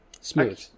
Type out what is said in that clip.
smooth